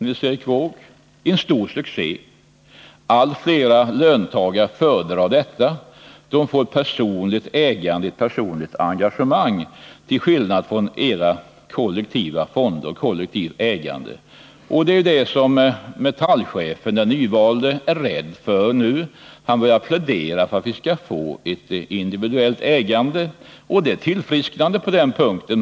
Det är en stor succé, allt flera löntagare föredrar detta. De får ett personligt ägande, ett personligt engagemang, till skillnad från i era kollektiva fonder med kollektivt ägande. Det är detta som den nyvalde Metallchefen är rädd för. Han börjar plädera för individuellt ägande. Det är ett tillfrisknande.